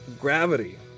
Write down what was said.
Gravity